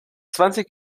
zwanzig